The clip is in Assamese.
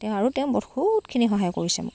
তেওঁ আৰু তেওঁ বহুতখিনি সহায় কৰিছে মোক